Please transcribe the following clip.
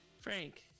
Frank